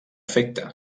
efecte